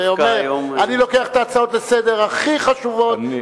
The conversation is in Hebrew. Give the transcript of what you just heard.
אני לוקח את ההצעות הכי חשובות לסדר-היום,